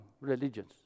religions